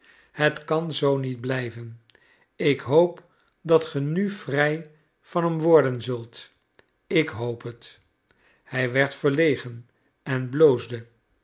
het kan zoo niet blijven ik hoop dat ge nu vrij van hem worden zult ik hoop het hij werd verlegen en